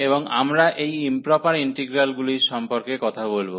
এবং আমরা এই ইম্প্রপার ইন্টিগ্রালগুলির সম্পর্কে কথা বলব